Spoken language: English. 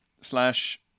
slash